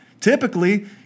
Typically